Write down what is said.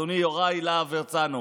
אדוני יוראי להב הרצנו.